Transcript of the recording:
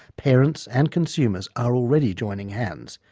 parents and consumers are already joining hands,